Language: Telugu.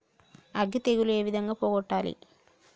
అగ్గి తెగులు ఏ విధంగా పోగొట్టాలి?